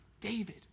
David